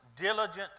Diligent